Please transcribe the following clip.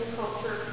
culture